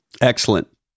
Excellent